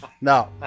No